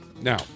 Now